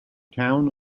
town